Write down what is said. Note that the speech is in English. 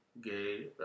Gay